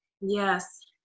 Yes